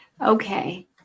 Okay